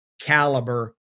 caliber